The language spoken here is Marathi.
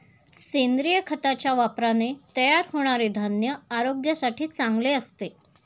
सेंद्रिय खताच्या वापराने तयार होणारे धान्य आरोग्यासाठी चांगले असते